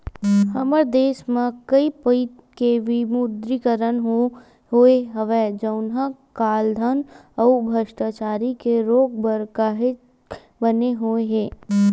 हमर देस म कइ पइत के विमुद्रीकरन होय होय हवय जउनहा कालाधन अउ भस्टाचारी के रोक बर काहेक बने होय हे